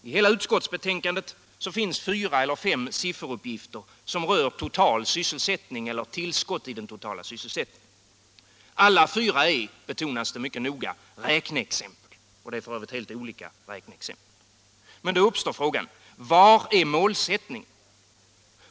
I hela betänkandet finns det fyra eller fem sifferuppgifter som rör total sysselsättning eller tillskott i den totala sysselsättningen. Alla de uppgifterna är, betonas det mycket noga, räkneexempel — och f. ö. helt olika räkneexempel. Men då uppstår frågan: Var är målsättningen?